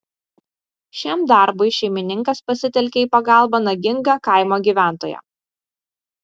šiam darbui šeimininkas pasitelkė į pagalbą nagingą kaimo gyventoją